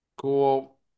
Cool